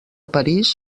parís